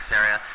area